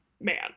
man